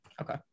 Okay